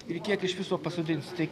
ir kiek iš viso pasodinsit